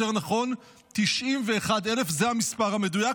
יותר נכון, 91,000. זה המספר המדויק.